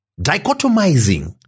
dichotomizing